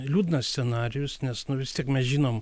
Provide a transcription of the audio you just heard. liūdnas scenarijus nes vis tiek mes žinom